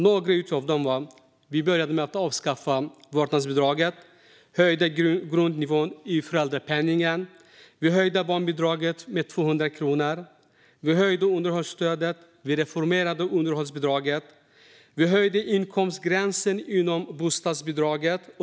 Några av dessa reformer var att vi avskaffade vårdnadsbidraget, höjde grundnivån i föräldrapenningen, höjde barnbidraget med 200 kronor, höjde underhållsstödet, reformerade underhållsbidraget och höjde inkomstgränsen inom bostadsbidraget.